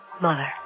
Mother